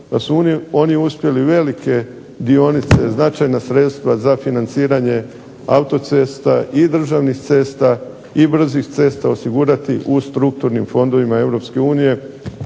da su oni uspjeli velike dionice značajna sredstva za financiranje autocesta i državnih cesta i brzih cesta osigurati u strukturnim fondovima